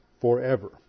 forever